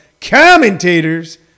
Commentators